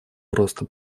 просто